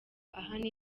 ahana